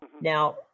Now